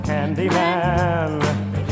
Candyman